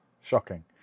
Shocking